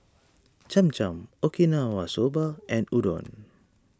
Cham Cham Okinawa Soba and Udon